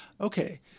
Okay